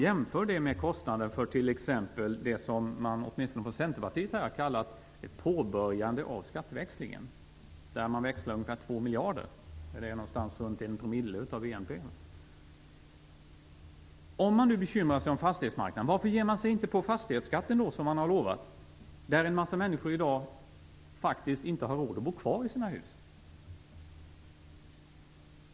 Jämför detta med kostnaden för det som man från Centerpartiet här har kallat ett påbörjande av skatteväxlingen, där man växlar ungefär 2 miljarder eller någonting runt 1 % av BNP. Om man nu bekymrar sig om fastighetsmarknaden, varför ger man sig då inte på fastighetsskatten, som man har lovat? I dag har en massa människor faktiskt inte råd att bo kvar i sina hus.